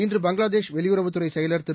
இன்று பங்களாதேஷ் வெளியுறவுத்துறைசெயலர் திரு